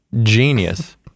genius